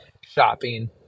shopping